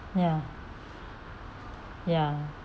ya ya